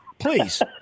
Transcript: Please